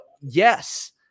yes